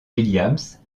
williams